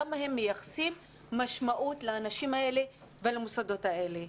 כמה משמעות הם מייחסים לאנשים האלה ולמוסדות האלה.